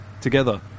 together